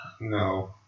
No